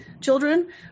children